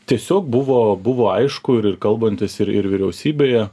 tiesiog buvo buvo aišku kalbantis ir ir vyriausybėje